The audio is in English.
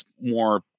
more